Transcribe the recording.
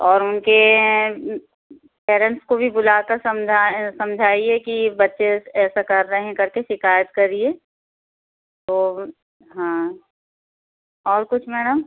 और उनके पेरेंट्स को भी बुलाकर समझा समझाइए कि बच्चे ऐसा कर रहे हैं करके शिकायत करिए तो हाँ और कुछ मैडम